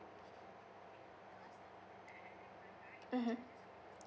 mmhmm